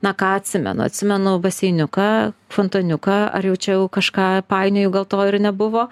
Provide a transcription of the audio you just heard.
na ką atsimenu atsimenu baseiniuką fontaniuką ar jau čia jau kažką painioju gal to ir nebuvo